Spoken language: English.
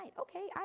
Okay